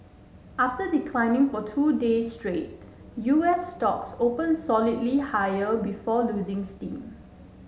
after declining for two day straight U S stocks opened solidly higher before losing steam